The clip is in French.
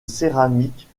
céramiques